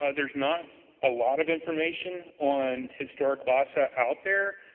ah there's not a lot of information on historic lhasa out there.